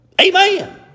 Amen